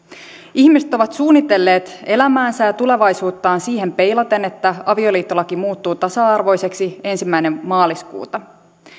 ihmiset ovat suunnitelleet elämäänsä ja tulevaisuuttaan siihen peilaten että avioliittolaki muuttuu tasa arvoiseksi ensimmäinen maaliskuuta